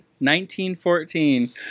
1914